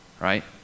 right